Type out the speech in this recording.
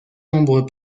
nombreux